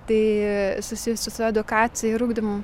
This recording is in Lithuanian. tai susijusi su edukacija ir ugdymu